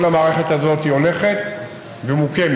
כל המערכת הזאת הולכת ומוקמת.